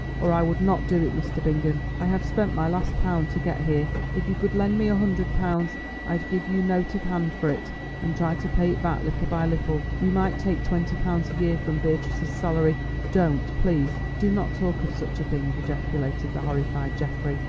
or i would not do it, mr. bingham. i have spent my last pound to get here. if you could lend me a hundred pounds i'd give you note of hand for it and try to pay it back little by little we might take twenty pounds a year from beatrice's salary don't, please do not talk of such a thing! ejaculated the horrified geoffrey.